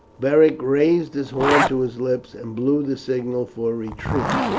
beric raised his horn to his lips and blew the signal for retreat.